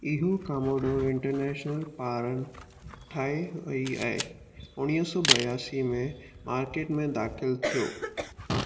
इहो Commodore International पारनि ठाहे वई ऐं उणिवीह सौ ॿियासी में मार्किट में दाखिलु थियो